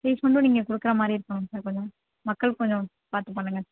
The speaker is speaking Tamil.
ட்ரீட்மெண்ட்டும் நீங்கள் கொடுக்கறமாரி இருக்கும் சார் கொஞ்சம் மக்களுக்கு கொஞ்சம் பார்த்து பண்ணுங்கள்